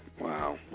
Wow